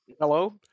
Hello